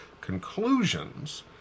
conclusions